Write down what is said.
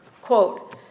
Quote